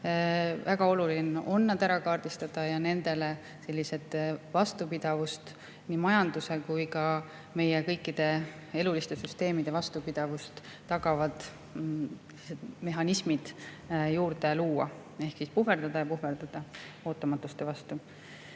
Väga oluline on nad ära kaardistada ja nendele sellised vastupidavust – nii majanduse kui ka meie kõikide eluliste süsteemide vastupidavust – tagavad mehhanismid juurde luua ehk puhverdada ja puhverdada ootamatuste vastu. Te